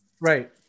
Right